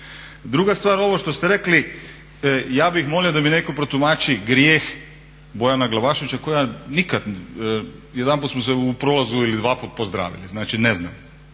Druga stvar, ovo što ste rekli, ja bih molio da mi netko protumači grijeh Bojana Glavaševića kojeg ja nikad, jedanput smo se u prolazu ili dvaput pozdravili, znači ne znam